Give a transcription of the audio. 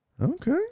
okay